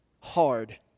hard